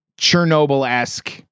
Chernobyl-esque